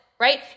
right